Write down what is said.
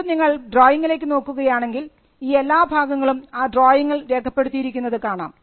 വീണ്ടും നിങ്ങൾ ഡ്രോയിങിലേക്ക് നോക്കുകയാണെങ്കിൽ ഈ എല്ലാ ഭാഗങ്ങളും ആ ഡ്രോയിങിൽ രേഖപ്പെടുത്തിയിരിക്കുന്നത് കാണാം